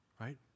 right